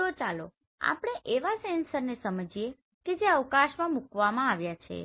તો ચાલો આપણે એવા સેન્સરને સમજીએ કે જે અવકાશમાં મુકવામાં આવ્યા છે